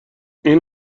این